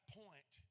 point